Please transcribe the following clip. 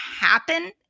happen